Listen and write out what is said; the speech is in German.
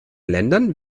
ländern